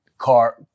car